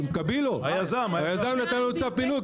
היזם נתן לנו צו פינוי,